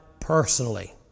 personally